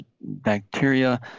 bacteria